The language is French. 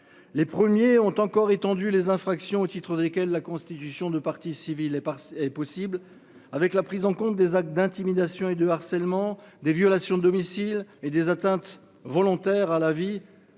les premiers ont encore étendu les infractions au titre desquels la constitution de partie civile et pas est possible avec la prise en compte des actes d'intimidation et de harcèlement des violations de domicile et des atteintes volontaires à la vie